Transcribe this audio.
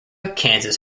kansas